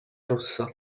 rossa